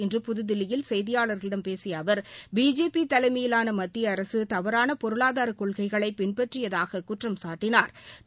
இன்று புதுதில்லியில் செய்தியாளர்களிடம் பேசிய அவர் பிஜேபி தலைமயிலான மத்திய அரசு தவறான பொருளாதார கொள்கைகளை பின்பற்றியதாகக் குற்றம்சாட்டினாா்